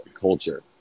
culture